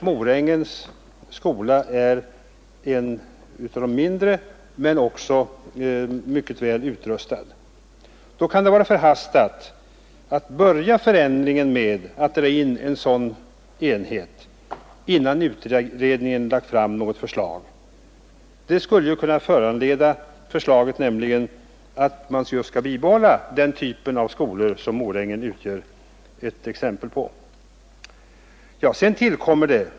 Morängens skola är en av de mindre men också mycket väl utrustad. Då kan det vara förhastat att börja förändringen med att dra in en sådan enhet innan utredningen lagt fram något förslag. Förslaget skulle ju kunna föranleda att man skall bibehålla den typ av skola som Morängen utgör ett exempel på.